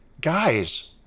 guys